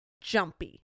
jumpy